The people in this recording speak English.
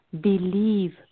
Believe